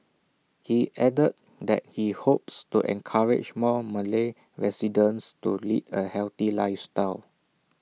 he added that he hopes to encourage more Malay residents to lead A healthy lifestyle